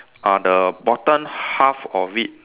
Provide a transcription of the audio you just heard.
uh the bottom half of it